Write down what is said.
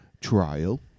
trial